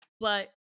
But-